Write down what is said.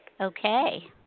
Okay